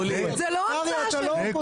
זה לא המצאה של האופוזיציה.